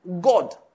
God